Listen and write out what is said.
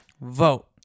Vote